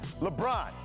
LeBron